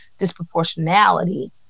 disproportionality